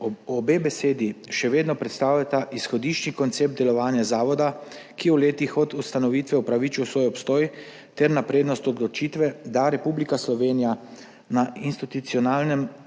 Obe besedi še vedno predstavljata izhodiščni koncept delovanja zavoda, ki je v letih od ustanovitve upravičil svoj obstoj, ter prednost odločitve, da Republika Slovenija na institucionalen